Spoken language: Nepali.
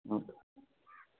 हजुर